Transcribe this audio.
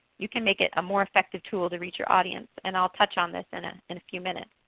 you can make it a more effective tool to reach your audience and i will touch on this in ah and a few minutes.